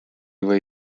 või